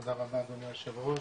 תודה רבה אדוני היושב ראש.